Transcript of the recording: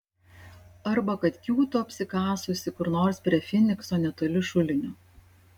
arba kad kiūto apsikasusi kur nors prie finikso netoli šulinio